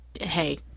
hey